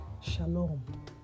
Shalom